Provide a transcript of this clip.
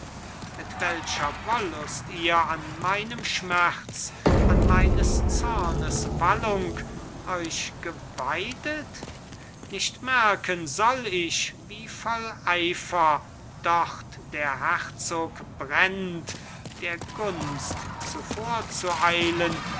mit welcher wollust ihr an meinem schmerz an meines zornes wallung euch geweidet nicht merken soll ich wie voll eifer dort der herzog brennt der gunst zuvorzueilen